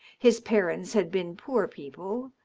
his parents had been poor people,